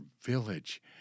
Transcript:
village